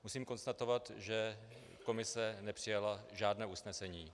Musím konstatovat, že komise nepřijala žádné usnesení.